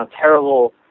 Terrible